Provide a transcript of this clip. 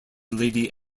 lady